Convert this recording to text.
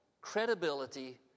credibility